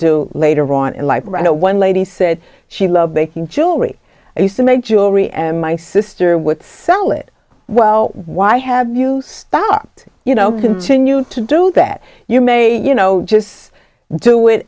do later on in life and i know one lady said she loved making jewelry used to make jewelry and my sister would sell it well why have you stopped you know continue to do that you may you know just do it